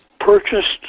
purchased